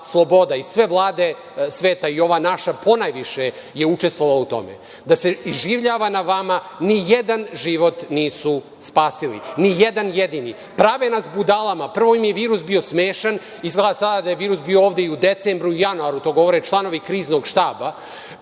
Sve vlade sveta, i ova naša ponajviše, su učestvovale u tome, da se iživljava na vama. Ni jedan život nisu spasili, ni jedan jedini. Prave nas budalama. Prvo im je virus bio smešan. Izgleda sad da je virus bio ovde i u decembru i januaru, to govore članovi Kriznog štaba.